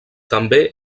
també